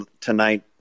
tonight